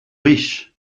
riche